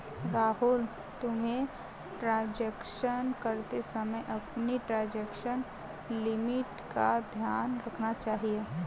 राहुल, तुम्हें ट्रांजेक्शन करते समय अपनी ट्रांजेक्शन लिमिट का ध्यान रखना चाहिए